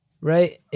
right